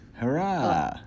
Hurrah